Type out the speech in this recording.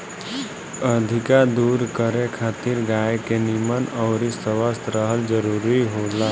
अधिका दूध करे खातिर गाय के निमन अउरी स्वस्थ रहल जरुरी होला